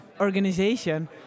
organization